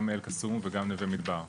גם אל-קסום וגם נווה מדבר.